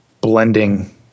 blending